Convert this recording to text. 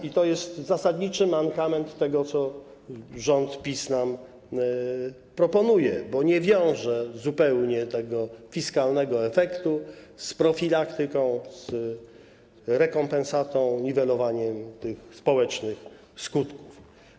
I to jest zasadniczy mankament tego, co rząd PiS nam proponuje, bo nie wiąże zupełnie tego fiskalnego efektu z profilaktyką, rekompensatą, niwelowaniem tych społecznych skutków.